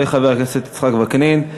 יעלה חבר הכנסת יצחק וקנין.